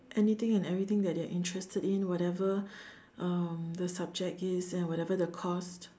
anything and everything that they're interested in whatever um the subject is and whatever the cost